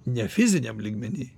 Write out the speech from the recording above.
ne fiziniam lygmeny